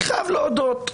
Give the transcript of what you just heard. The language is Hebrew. אני חייב להודות,